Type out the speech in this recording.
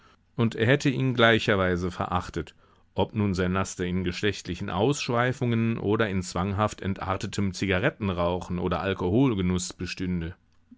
und er hätte ihn gleicherweise verachtet ob nun sein laster in geschlechtlichen ausschweifungen oder in zwanghaft entartetem zigarettenrauchen oder alkoholgenuß bestünde